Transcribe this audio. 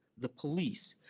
the police,